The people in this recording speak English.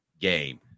game